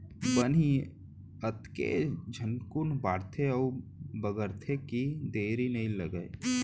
बन ही अतके झटकुन बाढ़थे अउ बगरथे कि देरी नइ लागय